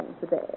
today